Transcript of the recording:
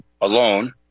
alone